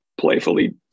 playfully